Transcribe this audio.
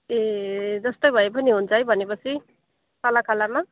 ए जस्तै भए पनि हुन्छ है भनेपछि काला कालामा